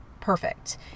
perfect